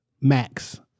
Max